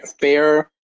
fair